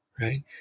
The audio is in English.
right